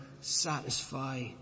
satisfy